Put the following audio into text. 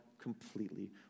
completely